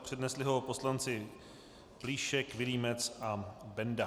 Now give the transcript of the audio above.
Přednesli ho poslanci Plíšek, Vilímec a Benda.